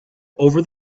over